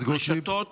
רשתות